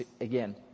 again